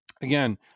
Again